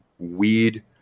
weed